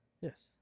Yes